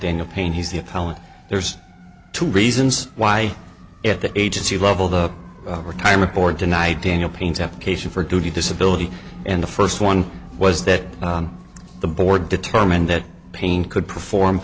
appellate there's two reasons why at the agency level the retirement board denied daniel paine's application for duty disability and the first one was that the board determined that payne could perform